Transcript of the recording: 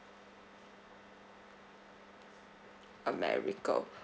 america